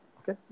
Okay